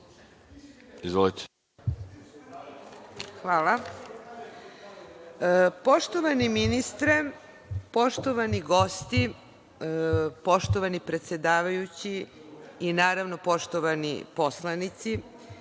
Pavlović** Hvala. Poštovani ministre, poštovani gosti, poštovani predsedavajući i naravno poštovani poslanici,